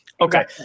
Okay